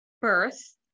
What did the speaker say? birth